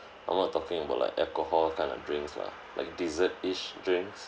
I'm not talking about like alcohol kind of drinks lah like dessert ish drinks